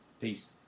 Peace